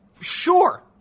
Sure